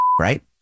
right